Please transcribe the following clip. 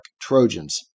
Trojans